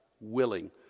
willing